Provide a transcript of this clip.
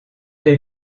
les